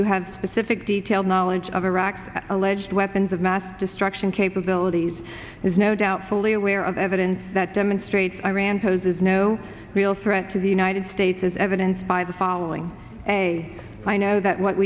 to have specific detailed knowledge of iraq's alleged weapons of mass destruction capabilities there's no doubt fully aware of evidence that demonstrates iran poses no real threat to the united states as evidence by the following day i know that what